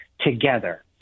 together